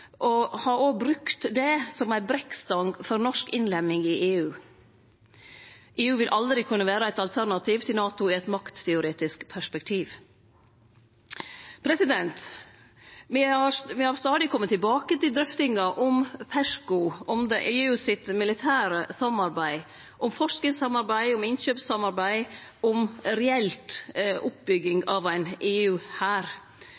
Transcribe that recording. og har også brukt det som ei brekkstong for norsk innlemming i EU. EU vil aldri kunne vere eit alternativ til NATO i eit maktteoretisk perspektiv. Me har stadig kome tilbake til drøftinga om PESCO, om EUs militære samarbeid, om forskingssamarbeid, om innkjøpssamarbeid, om reell oppbygging